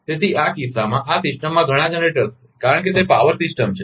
તેથી આ સિસ્ટમમાં આ સિસ્ટમમાં ઘણા જનરેટર્સ છે કારણ કે તે પાવર સિસ્ટમ છે